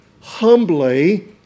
humbly